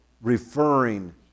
referring